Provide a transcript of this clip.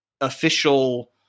official